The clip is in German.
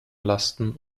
lasten